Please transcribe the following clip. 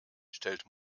stellt